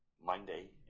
Monday